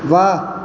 वाह